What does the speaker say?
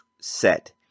set